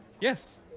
Yes